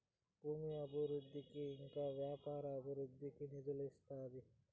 భూమి అభివృద్ధికి ఇంకా వ్యాపార అభివృద్ధికి నిధులు ఇస్తాది